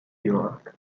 york